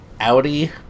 Audi